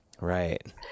Right